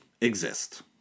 exist